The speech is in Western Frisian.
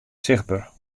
sichtber